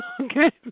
Okay